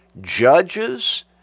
judges